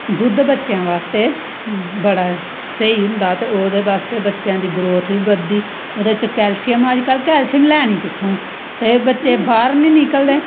दुध्द बच्चेआं बास्ते बड़ा स्हेई होंदा ते ओह्दे बास्ते बच्चेआं दी ग्रोथ बी बधदी ओह्दे च कैलशियम अजकल कैलशियम लैनी कुत्थूं ते बच्चे बाह्र नी निकलदे